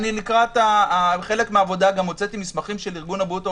לקראת חלק מן העבודה גם הוצאתי מסמכים של ארגון הבריאות העולמי,